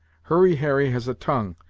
hurry harry has a tongue,